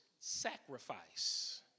sacrifice